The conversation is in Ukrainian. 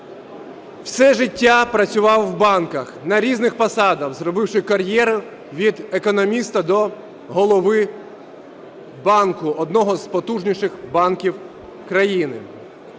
все життя працював у банках на різних посадах, зробивши кар'єру від економіста до голови банку, одного з потужніших банків країни.